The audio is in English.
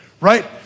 right